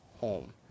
home